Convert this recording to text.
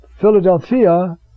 Philadelphia